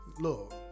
look